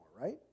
right